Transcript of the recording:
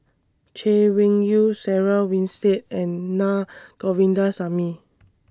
Chay Weng Yew Sarah Winstedt and Naa Govindasamy